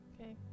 Okay